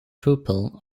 pupil